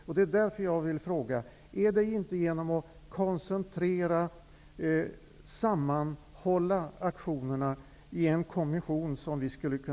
Därför vill jag fråga: Skulle vi inte kunna få ett bättre resultat genom att koncentrera och sammanhålla aktionerna i en kommission?